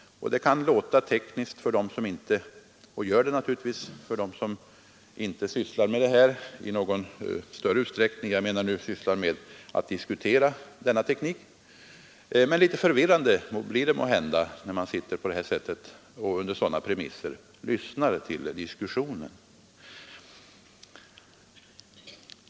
Det låter naturligtvis tekniskt för dem som inte i någon större utsträckning sysslar med att diskutera denna teknik. Litet förvirrande blir det måhända när man under sådana premisser sitter och lyssnar till diskussionen.